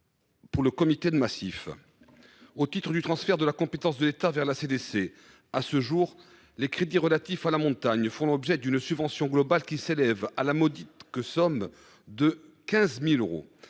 du Comité de massif de Corse. Au titre du transfert de la compétence de l’État vers la Collectivité, à ce jour, les crédits relatifs à la montagne font l’objet d’une subvention globale qui s’élève à la modique somme de 15 000 euros.